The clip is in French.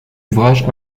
ouvrage